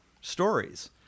stories